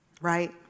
right